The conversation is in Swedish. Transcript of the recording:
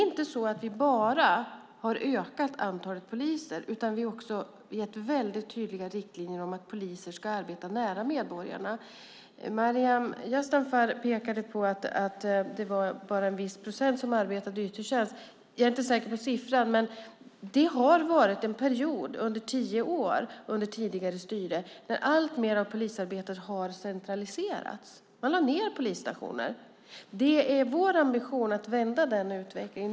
Vi har dock inte bara ökat antalet poliser, utan vi har också gett väldigt tydliga riktlinjer om att polisen ska arbeta nära medborgarna. Maryam Yazdanfar pekade på att det bara var en viss procent som arbetade i yttre tjänst. Jag är inte säker på siffran, men det har varit en period på tio år under tidigare styre där alltmer av polisarbetet har centraliserats. Man lade ned polisstationer. Vår ambition är att vända den utvecklingen.